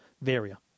Varia